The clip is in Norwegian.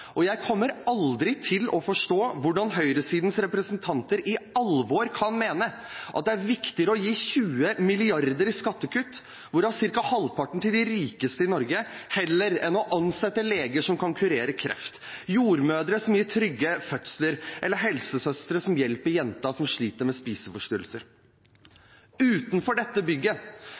og jeg kommer aldri til å forstå hvordan høyresidens representanter på alvor kan mene at det er viktigere å gi 20 mrd. kr i skattekutt, hvorav ca. halvparten til de rikeste i Norge, heller enn å ansette leger som kan kurere kreft, jordmødre som gir trygge fødsler, eller helsesøstre som hjelper jenta som sliter med spiseforstyrrelser. Utenfor dette bygget